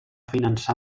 finançar